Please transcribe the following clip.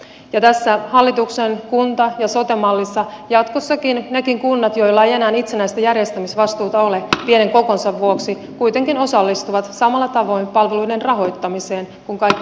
ja tässä hallituksen kunta ja sote mallissa jatkossakin nekin kunnat joilla ei enää itsenäistä järjestämisvastuuta ole pienen kokonsa vuoksi kuitenkin osallistuvat samalla tavoin palveluiden rahoittamiseen kuin kaikki muutkin kunnat